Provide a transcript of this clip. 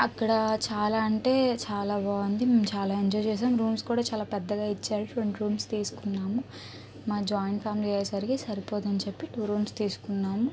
అక్కడ చాలా అంటే చాలా బాగుంది మేమ్ చాలా ఎంజోయ్ చేశాం రూమ్స్ కూడా చాలా పెద్దగా ఇచ్చాడు రెండు రూమ్స్ తీసుకున్నాము మాది జాయింట్ ఫ్యామిలీ అయ్యేసరికి సరిపోదని చెప్పి టూ రూమ్స్ తీసుకున్నాము